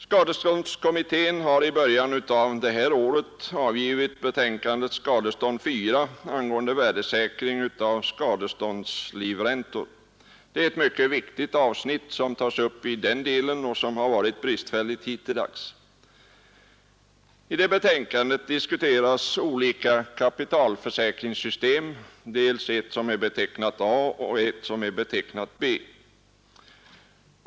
Skadeståndskommittén har i början av det här året avgivit betänkan det Skadestånd IV angående värdesäkring av skadeståndslivräntor. Det är — Nr 81 ett mycket viktigt Sysnirt som tas upp i den delen, eftersom det Torsdagen den hittilldags varit bristfälligt ordnat på den punkten. I detta betänkande 18 maj 1972 diskuteras olika kapitalförsäkringssystem, dels ett som betecknasmedA, = dels ett som betecknas med B.